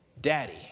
Daddy